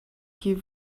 que